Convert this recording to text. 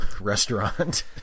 restaurant